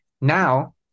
Now